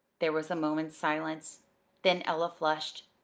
there was a moment's silence then ella flushed.